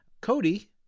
Cody